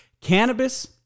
Cannabis